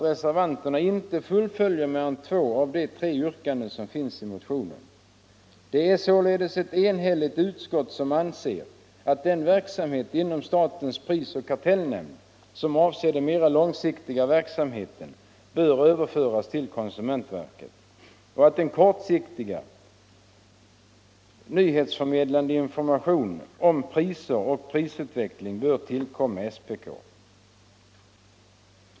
Reservanterna fullföljer inte mer än två av de tre yrkanden som finns i motionen. Det är således ett enhälligt utskott som anser att den verksamhet inom statens prisoch kartellnämnd som avser den mera långsiktiga verksamheten bör överföras till konsumentverket, och att den mera kortsiktiga, nyhetsförmedlande informationen om priser och prisutveckling bör tillkomma SPK.